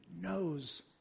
knows